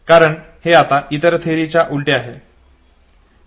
म्हणजे हे आता इतर थेअरीच्या उलटे आहे